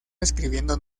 escribiendo